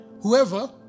whoever